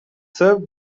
served